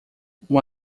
uma